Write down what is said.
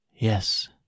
Yes